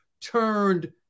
turned